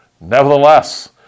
Nevertheless